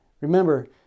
Remember